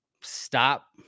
stop